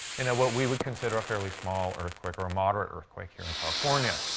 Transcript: you know, what we would consider a fairly small earthquake or a moderate earthquake here in california.